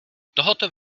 tohoto